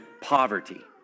poverty